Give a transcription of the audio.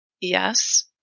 Yes